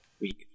week